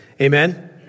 amen